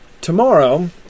Tomorrow